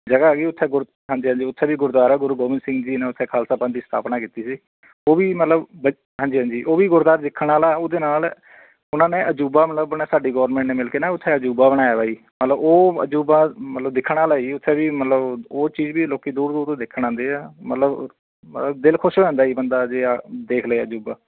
ਜਗ੍ਹਾ ਹੈਗੀ ਉੱਥੇ ਗੁਰ ਹਾਂਜੀ ਹਾਂਜੀ ਉੱਥੇ ਵੀ ਗੁਰਦੁਆਰਾ ਗੁਰੂ ਗੋਬਿੰਦ ਸਿੰਘ ਜੀ ਨੇ ਉੱਥੇ ਖਾਲਸਾ ਪੰਥ ਦੀ ਸਥਾਪਨਾ ਕੀਤੀ ਸੀ ਉਹ ਵੀ ਮਤਲਬ ਬ ਹਾਂਜੀ ਹਾਂਜੀ ਉਹ ਵੀ ਗੁਰਦੁਆਰਾ ਦੇਖਣ ਵਾਲਾ ਉਹਦੇ ਨਾਲ ਉਹਨਾਂ ਨੇ ਅਜੂਬਾ ਮਤਲਬ ਸਾਡੀ ਗੌਰਮੈਂਟ ਨੇ ਮਿਲ ਕੇ ਨਾ ਉੱਥੇ ਅਜੂਬਾ ਬਣਾਇਆ ਵਾ ਜੀ ਮਤਲਬ ਉਹ ਅਜੂਬਾ ਮਤਲਬ ਦੇਖਣਾ ਲਈ ਉੱਥੇ ਵੀ ਮਤਲਬ ਉਹ ਚੀਜ਼ ਵੀ ਲੋਕ ਦੂਰ ਦੂਰ ਤੋਂ ਦੇਖਣ ਆਉਂਦੇ ਆ ਮਤਲਬ ਦਿਲ ਖੁਸ਼ ਹੋ ਜਾਂਦਾ ਜੀ ਬੰਦਾ ਜੇ ਆਹ ਦੇਖ ਲਏ ਅਜੂਬਾ